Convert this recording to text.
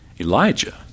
Elijah